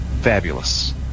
fabulous